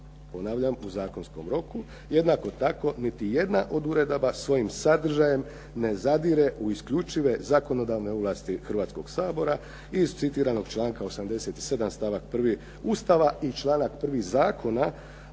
Ponavljam, u zakonskom roku. Jednako tako niti jedna od uredaba svojim sadržajem ne zadire u isključive zakonodavne ovlasti Hrvatskoga sabora i iz citiranog članka 87. stavak 1. Ustava i članak 1. zakona